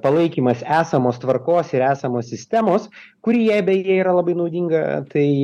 palaikymas esamos tvarkos ir esamos sistemos kuri jai beje yra labai naudinga tai